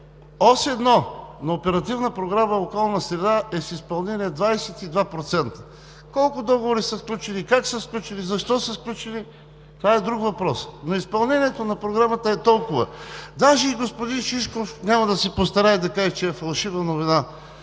ос 1 на Оперативна програма „Околна среда“ е с изпълнение 22%. Колко договори са сключили, как са сключили, защо са сключили, това е друг въпрос, но изпълнението на Програмата е толкова. Даже и господин Шишков няма да се постарае да каже, че е фалшива новина,